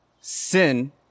sin